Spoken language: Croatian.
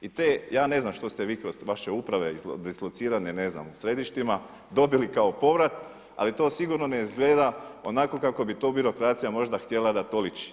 Ja ne znam što ste vi kroz vaše uprave dislocirane u središtima dobili kao povrat, ali to sigurno ne izgleda onako kako bi to birokracija možda htjela da to liči.